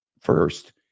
first